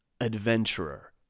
adventurer